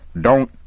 Don't